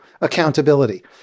accountability